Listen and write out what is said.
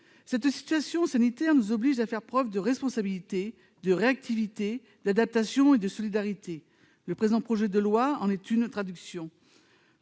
Cette situation sanitaire nous oblige à faire preuve de responsabilité, de réactivité, d'adaptation et de solidarité. Le présent projet de loi en est une illustration.